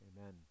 Amen